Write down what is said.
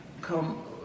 come